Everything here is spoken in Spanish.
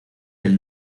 del